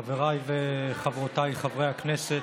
חבריי וחברותיי חברי הכנסת,